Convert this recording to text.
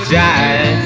die